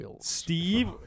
Steve